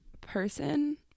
person